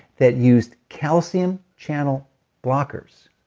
that used calcium channel blockers